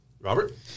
Robert